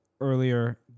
earlier